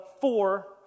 four